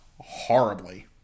horribly